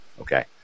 Okay